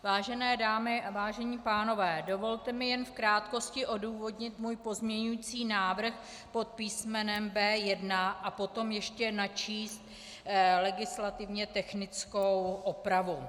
Vážené dámy a vážení pánové, dovolte mi jen v krátkosti odůvodnit svůj pozměňující návrh pod písmenem B1 a potom ještě načíst legislativně technickou opravu.